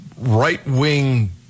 right-wing